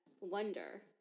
wonder